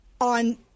on